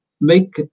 make